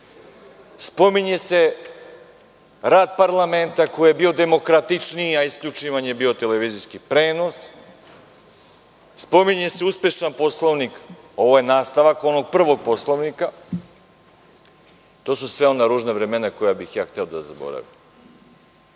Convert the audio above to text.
Spominje se rad parlamenta koji je bio demokratičniji, a isključivan je bio televizijski prenos. Spominje se uspešan Poslovnik. Ovo je nastavaka onog prvog Poslovnika. To su sva ona ružna vremena koja bih ja hteo da zaboravim. Ako